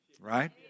right